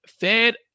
fed